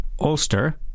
Ulster